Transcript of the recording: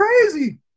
crazy